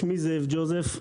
שמי זאב ג'וזף,